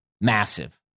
Massive